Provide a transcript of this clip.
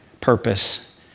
purpose